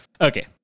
okay